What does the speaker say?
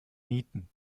nieten